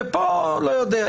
ופה לא יודע,